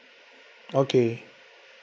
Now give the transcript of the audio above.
okay